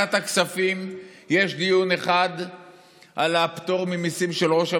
ובוועדת הכספים יש דיון אחד על הפטור ממיסים של ראש הממשלה,